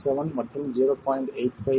67 மற்றும் 0